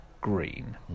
green